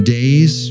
days